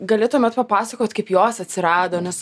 galėtumėt papasakot kaip jos atsirado nes